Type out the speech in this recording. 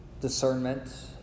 discernment